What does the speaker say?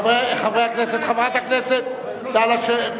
יש שחקן ערבי, חברי הכנסת, נא לשבת.